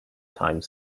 time